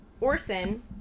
Orson